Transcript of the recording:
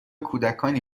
کودکانی